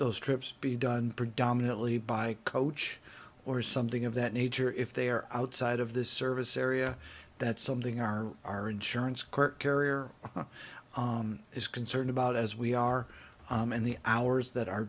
those trips be done predominantly by coach or something of that nature if they are outside of the service area that's something our our insurance court carrier is concerned about as we are and the hours that our